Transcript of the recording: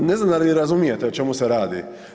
Ne znam da li razumijete o čemu se radi?